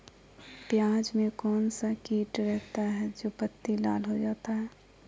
प्याज में कौन सा किट रहता है? जो पत्ती लाल हो जाता हैं